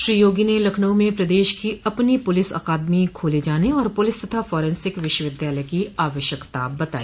श्री योगी ने लखनऊ में पदेश की अपनी पुलिस अकादमी खोले जाने और पुलिस तथा फौरेंसिक विश्वविद्यालय की आवश्यकता बताई